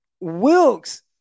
Wilkes